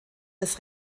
des